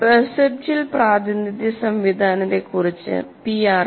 perceptual പ്രാതിനിധ്യ സംവിധാനത്തെക്കുറിച്ച് PRS